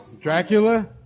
dracula